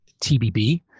TBB